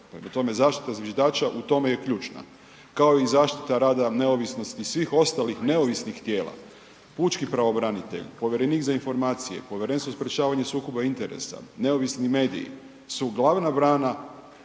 zaštita zviždača u tome je ključna, kao i zaštita rada neovisnosti svih ostalih neovisnih tijela. Pučki pravobranitelj, povjerenik za informacije, Povjerenstvo za sprječavanje sukoba interesa, neovisni mediji su glavna brana